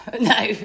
No